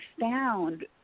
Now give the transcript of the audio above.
found